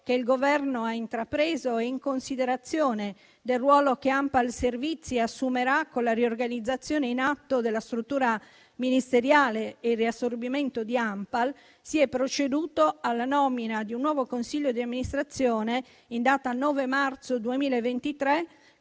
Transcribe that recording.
che il Governo ha intrapreso e in considerazione del ruolo che ANPAL Servizi assumerà con la riorganizzazione in atto della struttura ministeriale e il riassorbimento di ANPAL, si è proceduto alla nomina di un nuovo consiglio di amministrazione in data 9 marzo 2023